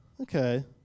okay